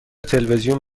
تلویزیون